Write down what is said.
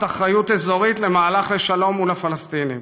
אחריות אזורית למהלך לשלום מול הפלסטינים.